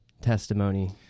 testimony